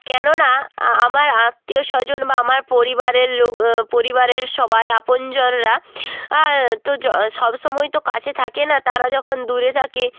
কেননা আমার আত্মীয়স্বজন বা আমার পরিবারের লোক পরিবারের সবাই আপনজনরা তো য সব সময় তো কাছে থাকে না তারা যখন দূরে থাকে